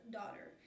daughter